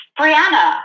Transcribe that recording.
Brianna